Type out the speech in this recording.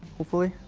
hopefully.